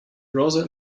browser